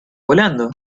volando